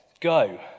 Go